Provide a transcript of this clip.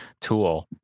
tool